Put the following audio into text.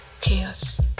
chaos